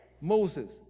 Moses